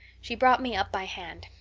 she brought me up by hand.